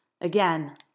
Again